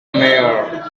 mayor